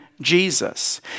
Jesus